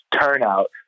turnout